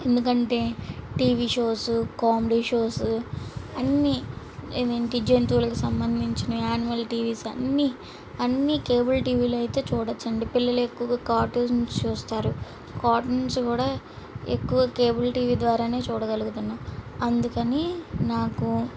ఎందుకంటే TV shows comedy shows అన్నీ ఏమిటి జంతువులకు సంబంధించినవి ఆనిమల్ టీవీస్ అన్నీ అన్నీ కేబుల్ టీవిలో అయితే చూడొచ్చు అండి పిల్లలు ఎక్కువగా కార్టూన్స్ చూస్తారు కార్టూన్స్ కూడా ఎక్కువ కేబుల్ టీవీ ద్వారానే చూడగలుగుతున్నాము అందుకని నాకు